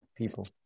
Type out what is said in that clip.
people